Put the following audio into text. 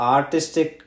Artistic